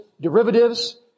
derivatives